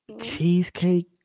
Cheesecake